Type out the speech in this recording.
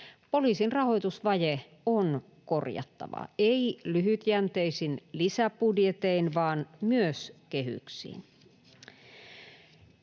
Poliisin rahoitusvaje on korjattava, ei lyhytjänteisin lisäbudjetein vaan myös kehyksiin.